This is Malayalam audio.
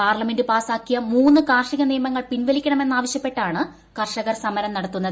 പാർലമെന്റ് പാസ്സാക്കിയ മൂന്ന് കാർഷിക നിയമങ്ങൾ പിൻവലിക്കണമെന്ന് ആവശ്യപ്പെട്ടാണ് കർഷകർ സമരം നടത്തുന്നത്